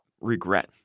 regret